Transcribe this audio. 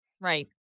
Right